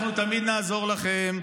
אנחנו תמיד נעזור לכם,